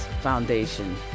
Foundation